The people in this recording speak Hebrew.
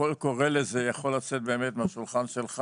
הקול קורא לזה יכול באמת לצאת מהשולחן שלך,